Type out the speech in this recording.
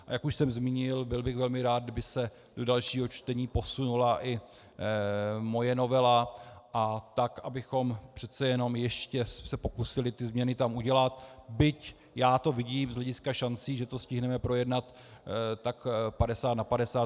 A jak už jsem zmínil, byl bych velmi rád, kdyby se do dalšího čtení posunula i moje novela, abychom se přece jenom ještě pokusili ty změny tam udělat, byť já to vidím z hlediska šancí, že to stihneme projednat, tak 50 na 50.